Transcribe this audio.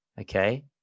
okay